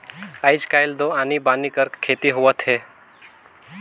आयज कायल तो आनी बानी कर खेती होवत हे